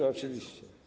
Oczywiście.